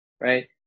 right